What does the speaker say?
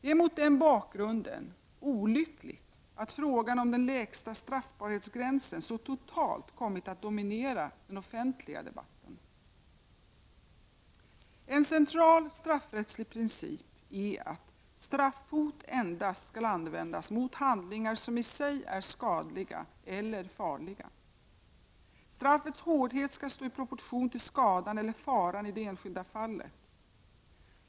Det är mot den bakgrunden olyckligt att frågan om den lägsta straffbarhetsgränsen så totalt kommit att dominera den offentliga debatten. En central straffrättslig princip är att straffhot endast skall användas mot handlingar som i sig är skadliga eller farliga. Straffets hårdhet skall stå i proportion till skadan eller faran i det enskilda fallet.